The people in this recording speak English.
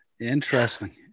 Interesting